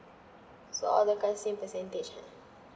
so all the cards same percentage ha